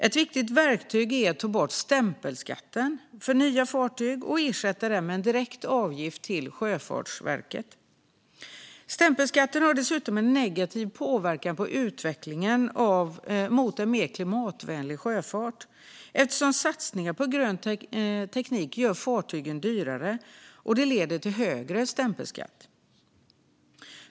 Ett viktigt verktyg är att ta bort stämpelskatten på nya fartyg och ersätta den med en direkt avgift till Sjöfartsverket. Stämpelskatten har dessutom en negativ påverkan på utvecklingen mot en klimatvänlig sjöfart, eftersom satsningar på grön teknik gör fartygen dyrare. Det leder i sin tur till högre stämpelskatt.